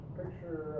picture